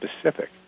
specific